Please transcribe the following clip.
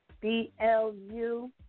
B-L-U